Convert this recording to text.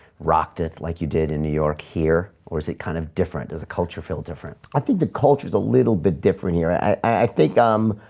rocked it like you did in new york here or is it kind of different as a culture feel different? i think the culture is a little bit different here. i i think i'm